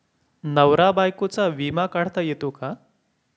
नवरा बायकोचा विमा काढता येतो का?